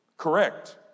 correct